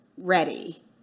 ready